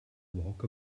walk